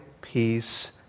peace